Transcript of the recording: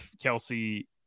kelsey